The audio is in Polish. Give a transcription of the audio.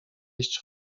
iść